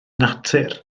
natur